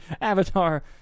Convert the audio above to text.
Avatar